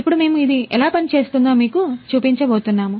ఇప్పుడు మేము ఇది ఎలా పనిచేస్తుందో మీకు చూపించబోతున్నాము